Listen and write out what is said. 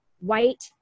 white